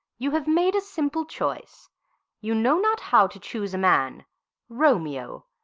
you have made a simple choice you know not how to choose a man romeo!